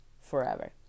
forever